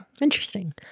Interesting